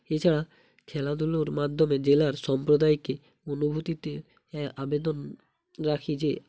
এছাড়া খেলাধুলোর মাধ্যমে জেলার সম্প্রদায়কে অনুভূতিতে অ্যা আবেদন রাখি যে